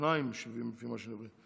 שניים משיבים, לפי מה שאני מבין.